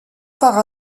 par